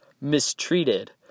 mistreated